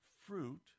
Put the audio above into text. fruit